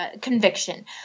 conviction